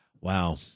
Wow